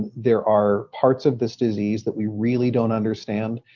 there are parts of this disease that we really don't understand.